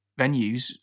venues